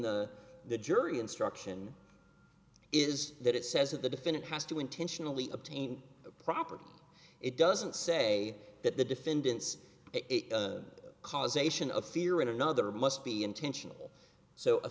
the the jury instruction is that it says that the defendant has to intentionally obtain property it doesn't say that the defendant's it the causation of fear in another must be intentional so a